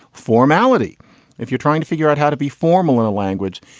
formality if you're trying to figure out how to be formal in a language,